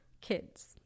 kids